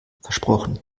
versprochen